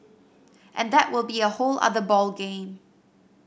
and that will be a whole other ball game